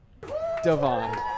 devon